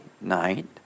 night